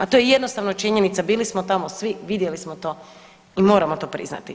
To je jednostavno činjenica, bili smo tamo svi, vidjeli smo i moramo to priznati.